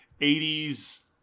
80s